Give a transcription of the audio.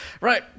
Right